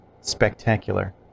spectacular